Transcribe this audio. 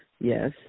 yes